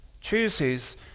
chooses